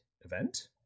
event